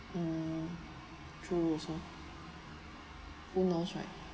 ya true also who knows right